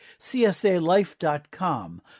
csalife.com